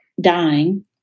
dying